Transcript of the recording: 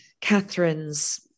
Catherine's